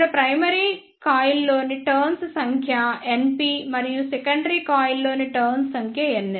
ఇక్కడ ప్రైమరీ కాయిల్లోని టర్న్స్ సంఖ్య np మరియు సెకండరీ కాయిల్లోని టర్న్స్ సంఖ్య ns